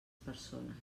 persones